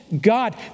God